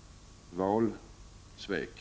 — valsvek.